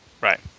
right